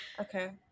okay